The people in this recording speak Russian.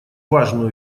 важную